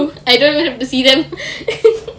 I don't even have to see them